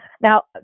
Now